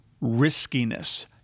riskiness